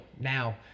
now